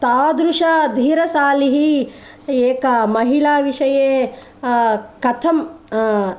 तादृश धीरशालिः एका महिला विषये कथं